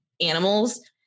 animals